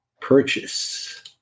purchase